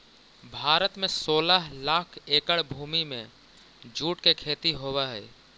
भारत में सोलह लाख एकड़ भूमि में जूट के खेती होवऽ हइ